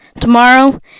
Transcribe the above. tomorrow